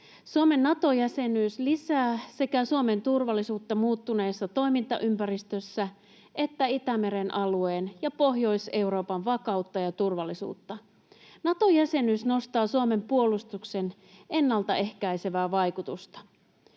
Suomen Nato-jäsenyys lisää sekä Suomen turvallisuutta muuttuneessa toimintaympäristössä että Itämeren alueen ja Pohjois-Euroopan vakautta ja turvallisuutta. Nato-jäsenyys nostaa Suomen puolustuksen ennaltaehkäisevää vaikutusta.